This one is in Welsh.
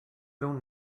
rownd